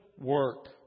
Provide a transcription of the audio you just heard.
work